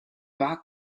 bac